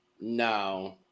No